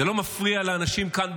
זה לא מפריע לאנשים כאן,